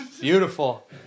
Beautiful